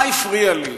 מה הפריע לי?